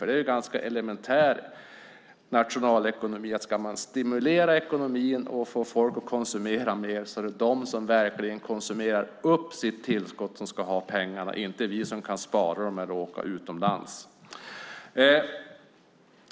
Det är elementär nationalekonomi att om ekonomin ska stimuleras och få folk att konsumera mer är det de som konsumerar upp sitt tillskott som ska ha pengarna, inte vi som kan spara dem eller åka utomlands.